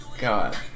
God